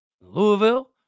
Louisville